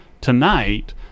tonight